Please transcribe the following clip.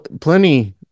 Plenty